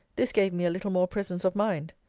this gave me a little more presence of mind.